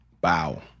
Bow